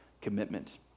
commitment